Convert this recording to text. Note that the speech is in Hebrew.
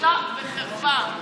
בושה וחרפה.